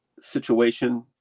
situation